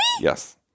Yes